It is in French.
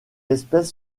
espèce